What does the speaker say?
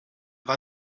war